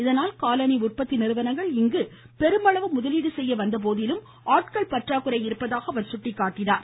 இதனால் காலணி உற்பத்தி நிறுவனங்கள் இங்கு பெருமளவு முதலீடு செய்ய வந்தபோதிலும் ஆட்கள் பற்றாக்குறை இருப்பதாக அவர் சுட்டிக்காட்டினார்